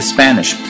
Spanish